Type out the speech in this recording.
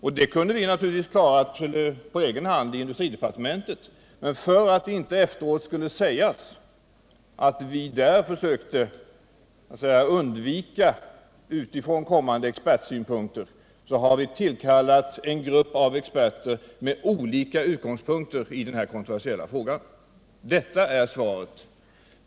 Vi kunde naturligtvis ha klarat detta på egen hand i industridepartementet, men för att det inte efteråt skulle sägas att vi där försökte undvika utifrån kommande expertsynpunkter har vi tillkallat en grupp experter med olika utgångspunkter i den här kontroversiella frågan. Detta är svaret.